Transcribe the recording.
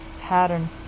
pattern